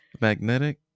Magnetic